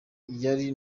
yari